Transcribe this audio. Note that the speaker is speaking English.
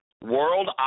world